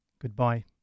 Goodbye